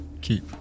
keep